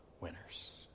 winners